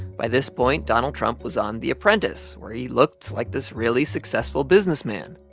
by this point, donald trump was on the apprentice where he looked like this really successful businessman.